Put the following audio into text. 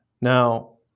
Now